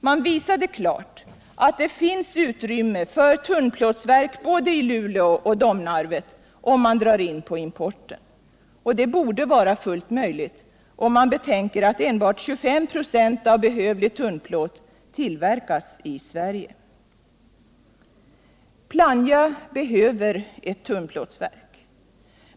Man visade klart att det finns utrymme för tunnplåtsverk i både Luleå och Domnarvet om man drar in på importen. Och det borde vara fullt möjligt om man betänker att endast 25 26 av behövlig tunnplåt tillverkas i Sverige. Plannja behöver ett tunnplåtsverk.